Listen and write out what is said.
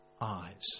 eyes